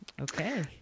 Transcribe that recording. Okay